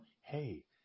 hey